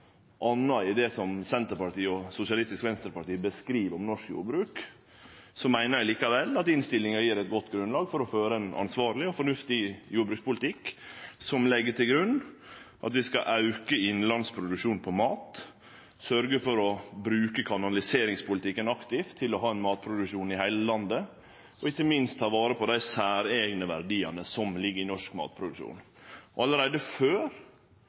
anna i måten Senterpartiet og Sosialistisk Venstreparti beskriv norsk jordbruk på, meiner eg likevel at innstillinga gjev eit godt grunnlag for å føre ein ansvarleg og fornuftig jordbrukspolitikk som legg til grunn at vi skal auke innanlands produksjon av mat, sørgje for å bruke kanaliseringspolitikken aktivt til å ha ein matproduksjon i heile landet og ikkje minst ta vare på dei særeigne verdiane som ligg i norsk matproduksjon. Allereie før